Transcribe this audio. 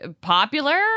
popular